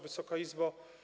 Wysoka Izbo!